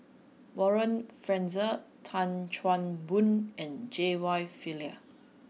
Warren Fernandez Tan Chan Boon and J Y Pillay